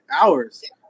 hours